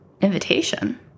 Invitation